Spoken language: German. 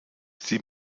sie